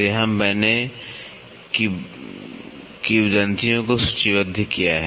तो यहाँ मैंने किंवदंतियों को सूचीबद्ध किया है